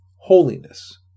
holiness